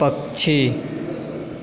पक्षी